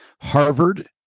Harvard